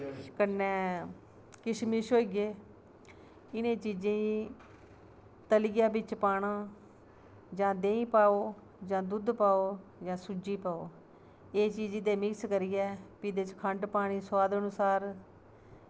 कन्नै किशमिश होइये इ'नें चीजें ई तलियै बिच पाना जां देहीं पाओ जां दुद्ध पाओ जां सूजी पाओ एह् चीज ते मिक्स करियै भी एह्दे च खंड पानी सोआद अनुसार